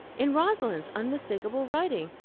in rosalind's unmistakable writing,